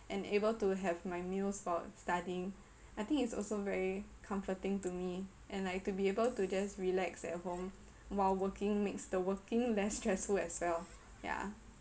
and able to have my meals while studying I think it's also very comforting to me and like to be able to just relax at home while working makes the working less stressful as well yeah